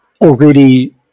already –